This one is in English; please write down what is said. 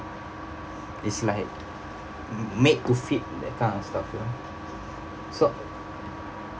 it's like made to fit that kind of stuff lah so